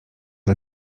dla